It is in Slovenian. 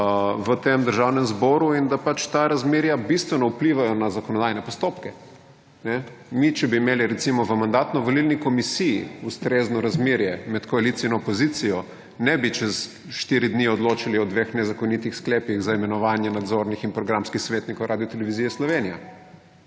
v tem Državnem zboru in da pač ta razmerja bistveno vplivajo na zakonodajne postopke. Mi, če bi imeli recimo v Mandatno-volilni komisiji ustrezno razmerje med koalicijo in opozicijo, ne bi čez 4 dni odločali o 2 nezakonitih sklepih za imenovanje nadzornih in programskih svetnikov Radiotelevizije